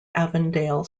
avondale